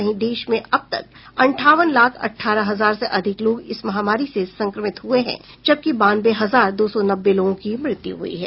वहीं देश में अब तक अंठावन लाख अट्ठारह हजार से अधिक लोग इस महामारी से संक्रमित हुए हैं जबकि बानवे हजार दौ सौ नब्बे लोगों की मृत्य हुई है